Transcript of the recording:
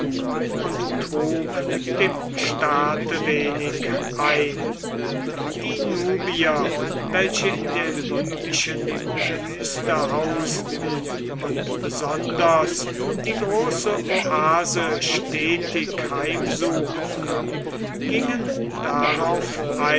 und trug dem staate wenig ein die nubier welche in der libyschen wüste hausten und besonders die große oase stetig heimsuchten gingen darauf